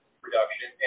production